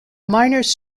miners